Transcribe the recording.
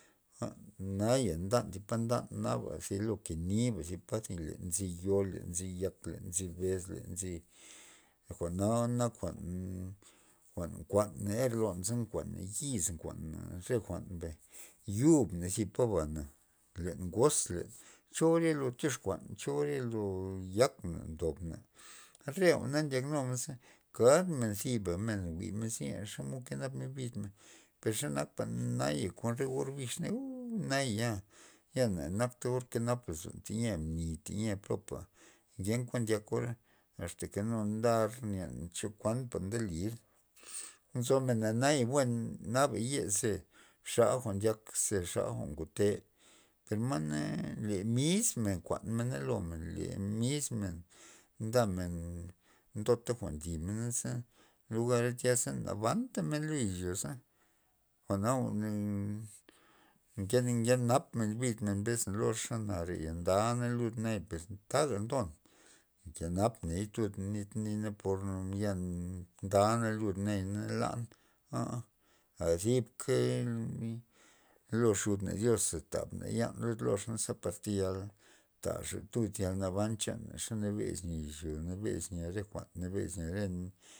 Jwa'n naya ndan thi pa ndan naba zi lo kaniba zi pa li te nzi yo le nziyak ke nzi le jwa'na nak- nak jwa'n nera lon yiz nkuana re jwa'n mbay yub na zi paba na len ngoz len cho or tyoxkuan cho or ye lo yakna ndobna re jwa'na ndyak numen za kada me ziba men jwi'men len xomod kenap men bid men per ze nakpa naya nak kon re orbix uuu naya na ya nak or kenap lozon tya mni teyia bli jwa'nken kuan ndyakora asta len ndar chokuanpa ndelir nzomen nayana na buen naba ye ze xa jwa'n ndyak ze xa jwa'n ngote per na le mismen nkuan mena lomen le mismen ndamen ndota jwa'n limen za lugara za tya nabanta men lo izya za, jwa'na jwa'n nke- nke nap men bid men mbes xa jwa're ndalo lud naya per taja ndon nke nap ney tud nit nit por ya ndala lud nayana lan aa zibka lo xudna dios ze tabna yan lud lox ze par tayal taxa yud yalnaban chana ze nabes izyo nabes re jwa'n nabes nya.